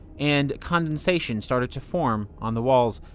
and condensation started to form on the walls.